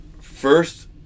first